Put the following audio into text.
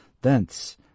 Thence